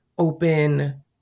open